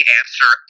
answer